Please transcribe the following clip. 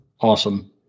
awesome